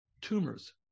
tumors